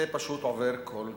זה פשוט עובר כל גבול.